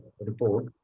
report